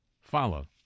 follow